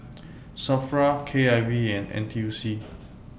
SAFRA K I V and N T U C